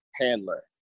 handler